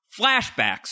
flashbacks